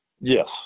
Yes